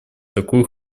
такую